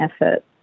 effort